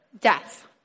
death